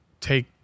take